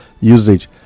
usage